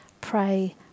pray